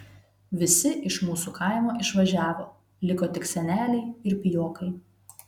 visi iš mūsų kaimo išvažiavo liko tik seneliai ir pijokai